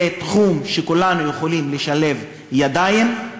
זה תחום שכולנו יכולים לשלב בו ידיים,